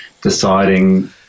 deciding